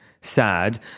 sad